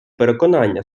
переконання